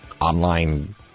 online